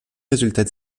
résultait